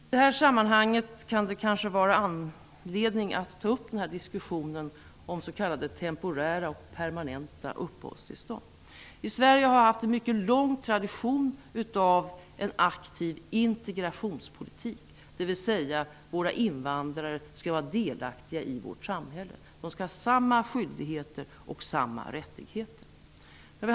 I det här sammanhanget kan det kanske finnas anledning att ta upp diskussionen om s.k. Sverige har haft en mycket lång tradition av aktiv integrationspolitik, dvs. våra invandrare skall vara delaktiga i vårt samhälle. De skall ha samma skyldigheter och samma rättigheter som alla andra.